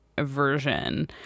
version